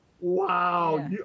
Wow